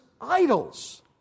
idols